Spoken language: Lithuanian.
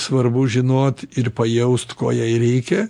svarbu žinot ir pajaust ko jai reikia